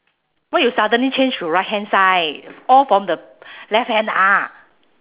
why you suddenly change to right hand side all from the left hand ah